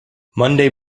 monday